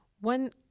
One